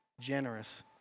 generous